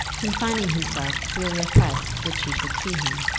confining himself to a request that she should see him.